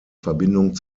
verbindung